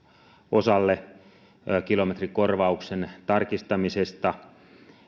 osalle ja kilometrikorvauksen tarkistamisesta